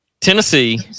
Tennessee